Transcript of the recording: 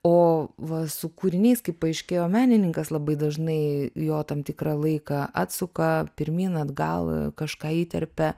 o va su kūriniais kaip paaiškėjo menininkas labai dažnai jo tam tikrą laiką atsuka pirmyn atgal kažką įterpia